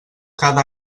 cada